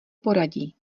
poradí